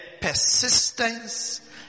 persistence